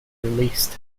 released